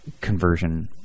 conversion